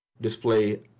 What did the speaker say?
display